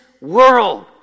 world